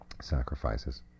sacrifices